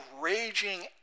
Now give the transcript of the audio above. raging